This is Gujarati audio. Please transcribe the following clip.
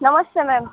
નમસ્તે મેમ